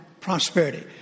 prosperity